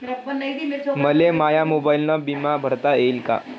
मले माया मोबाईलनं बिमा भरता येईन का?